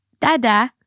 dada